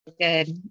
good